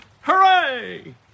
Hooray